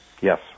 Yes